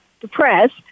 depressed